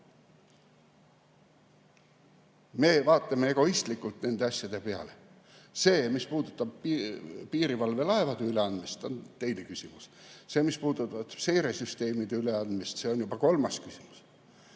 Me vaatame egoistlikult nende asjade peale. See, mis puudutab piirivalvelaevade üleandmist, on teine küsimus. See, mis puudutab seiresüsteemide üleandmist, on kolmas küsimus.